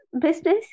business